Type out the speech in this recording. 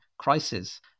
Crisis